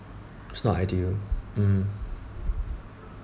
it's not ideal mm